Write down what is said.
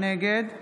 נגד